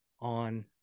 on